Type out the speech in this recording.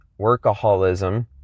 workaholism